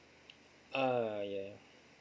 ah yea